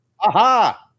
Aha